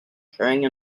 carrying